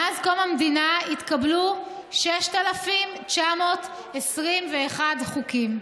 מאז קום המדינה התקבלו 6,921 חוקים.